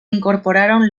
incorporaron